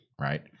right